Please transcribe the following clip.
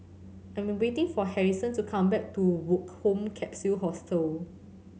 I'm waiting for Harrison to come back to Woke Home Capsule Hostel